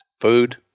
Food